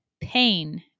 Pain